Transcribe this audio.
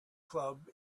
club